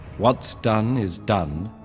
what's done is done,